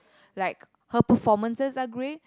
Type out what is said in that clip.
like her performances are great